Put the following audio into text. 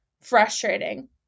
frustrating